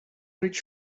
rich